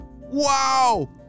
Wow